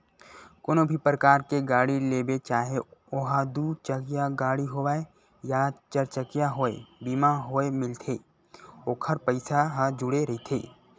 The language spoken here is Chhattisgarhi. कोनो भी परकार के गाड़ी लेबे चाहे ओहा दू चकिया गाड़ी होवय या चरचकिया होवय बीमा होय मिलथे ओखर पइसा ह जुड़े रहिथे